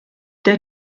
der